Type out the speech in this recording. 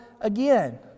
again